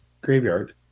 graveyard